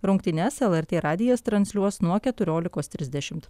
rungtynes lrt radijas transliuos nuo keturiolikos trisdešimt